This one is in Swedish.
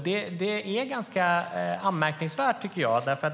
Det är ganska anmärkningsvärt.